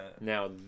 now